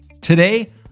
Today